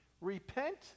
Repent